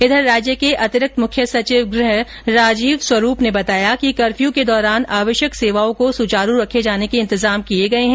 इधर राज्य के अतिरिक्त मुख्य सचिव गृह राजीव स्वरूप ने बताया कि कर्फ्यू के दौरान आवश्यक सेवाओं को सुचारू रखे जाने के इंतजाम किए गए है